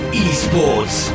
esports